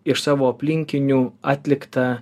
iš savo aplinkinių atliktą